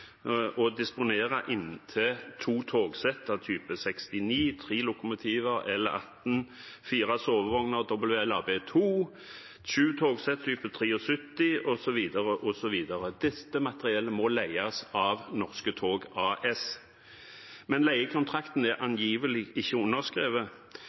disponere inntil to togsett type 69, tre lokomotiver type El-18, fire sovevogner type WLAB II, sju togsett type 73, osv. osv. Dette materiellet må leies av Norske tog AS. Men leiekontrakten er